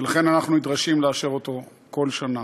ולכן אנחנו נדרשים לאשר אותו כל שנה,